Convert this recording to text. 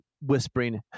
whispering